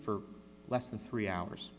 for less than three hours